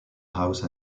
house